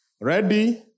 Ready